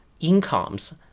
Incomes